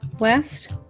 West